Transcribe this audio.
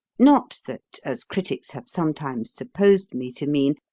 not that, as critics have sometimes supposed me to mean,